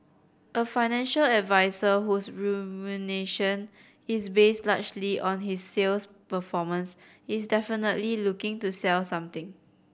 a financial advisor whose is based largely on his sales performance is definitely looking to sell something